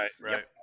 right